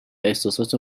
احساسات